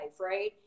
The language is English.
right